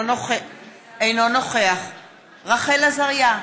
אינו נוכח רחל עזריה,